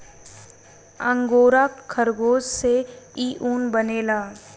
angora खरगोश से इ ऊन बनेला